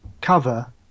cover